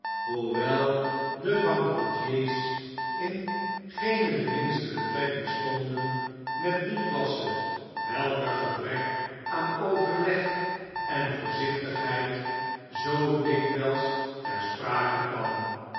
hoewel de bankroetiers in geene de minste betrekking stonden met die klasse welker gebrek aan overleg en voorzichtigheid zoo dikwijls ter sprake kwam